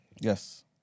Yes